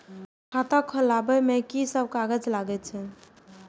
खाता खोलाअब में की सब कागज लगे छै?